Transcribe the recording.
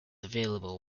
available